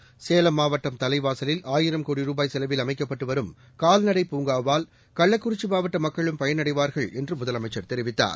seconds Salem மாவட்டம் தலைவாசலில் ஆயிரம் கோடி ரூபாய் செலவில் அமைக்கப்பட்டு வரும் கால்நடை பூங்காவால் கள்ளக்குறிச்சி மாவட்ட மக்களும் பயனடைவார்கள் என்று முதலமைச்சர் தெரிவித்தார்